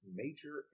major